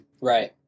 Right